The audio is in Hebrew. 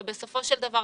ובסופו של דבר,